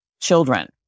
children